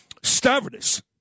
Stavridis